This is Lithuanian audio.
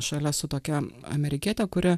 šalia su tokia amerikiete kuri